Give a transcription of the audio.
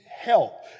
help